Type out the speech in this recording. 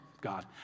God